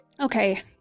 Okay